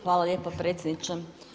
Hvala lijepo predsjedniče.